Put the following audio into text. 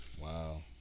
Wow